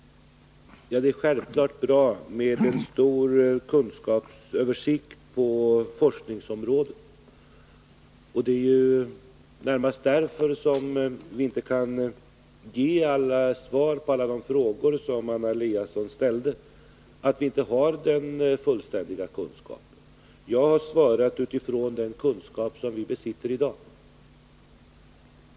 Det är självfallet bra med en stor kunskapsöversikt på forskningsområdet, och det är närmast på grund av att viinte har den fullständiga kunskapen som vi inte kan ge svar på alla de frågor Anna Eliasson ställt. Jag har svarat utifrån den kunskap vi besitter i dag.